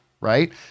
right